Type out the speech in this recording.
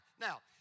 Now